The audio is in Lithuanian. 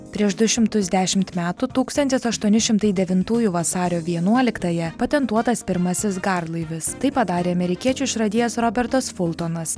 prieš du šimtus dešimt metų tūkstantis aštuoni šimtai devintųjų vasario vienuoliktąją patentuotas pirmasis garlaivis tai padarė amerikiečių išradėjas robertas fultonas